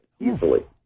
Easily